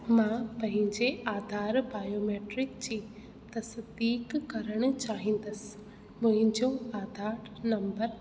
मां पंहिंजे आधार बायोमैट्रिक तस्दीकु करण चाहींदसि मुहिंजो आधार नम्बर